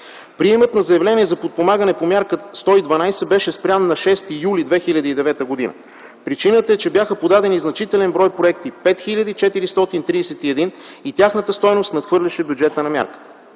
Приемът на заявления за подпомагане по Мярка 112 беше спрян на 6 юли 2009 г. Причината е, че бяха подадени значителен брой проекти – 5431, и тяхната стойност надхвърляше бюджета на мярката.